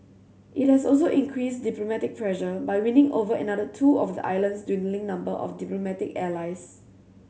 it has also increased diplomatic pressure by winning over another two of the island's dwindling number of diplomatic allies